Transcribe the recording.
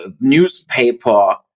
newspaper